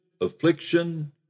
affliction